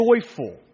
joyful